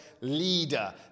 leader